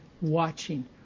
watching